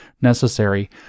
necessary